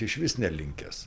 išvis nelinkęs